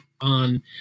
on